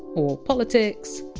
or politics,